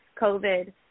COVID